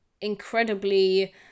incredibly